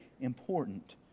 important